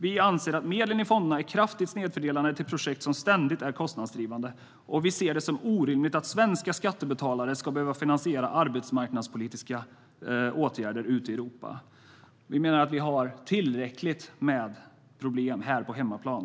Vi anser att medlen i fonderna är kraftigt snedfördelade till projekt som ständigt är kostnadsdrivande, och vi ser det som orimligt att svenska skattebetalare ska behöva finansiera arbetsmarknadspolitiska åtgärder ute i Europa. Vi har tillräckligt med problem här på hemmaplan.